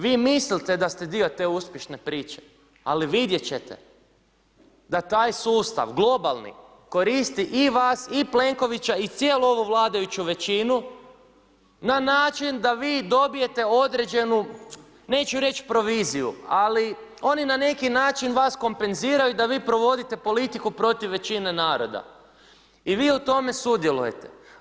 Vi mislite da ste dio te uspješne priče ali vidjeti ćete da taj sustav, globalni koristi i vas i Plenkovića i cijelu ovu vladajuću većinu na način da vi dobijete određenu, neću reći proviziju ali oni na neki način vas kompenziraju da vi provodite politiku protiv većine naroda i vi u tome sudjelujete.